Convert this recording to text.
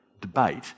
debate